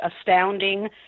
astounding